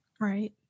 right